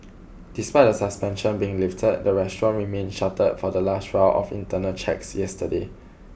despite the suspension being lifted the restaurant remained shuttered for the last round of internal checks yesterday